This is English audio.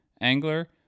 angler